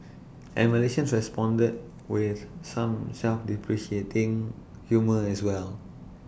and Malaysians responded with some self deprecating humour as well